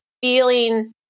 feeling